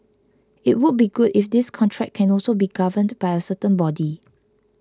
it would be good if this contract can also be governed by a certain body